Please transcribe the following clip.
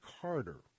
Carter